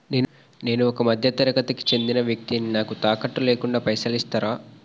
నేను ఒక మధ్య తరగతి కి చెందిన వ్యక్తిని నాకు తాకట్టు లేకుండా పైసలు ఇస్తరా?